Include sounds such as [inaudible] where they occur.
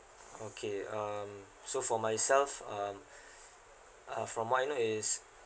okay um so for myself um [breath] uh from what I know is